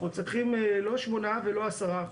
אנחנו צריכים לא 8 ולא 10?